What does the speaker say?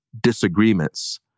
disagreements